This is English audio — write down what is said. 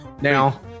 now